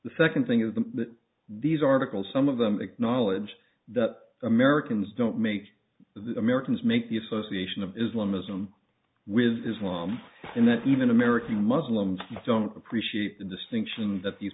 the second thing is that these articles some of them acknowledge that americans don't make the americans make the association of islam islam with his mom and that even american muslims don't appreciate the distinction that these